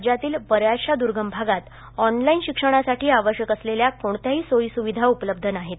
राज्यातील बऱ्याचशा दूर्गम भागात ऑनलाईन शिक्षणासाठी आवश्यक असलेल्या कोणत्याही सोयी स्विधा उपलब्ध नाहीत